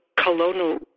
colonial